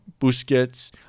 Busquets